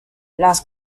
las